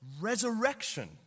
resurrection